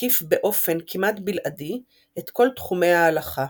מקיף באופן כמעט בלעדי את כל תחומי ההלכה,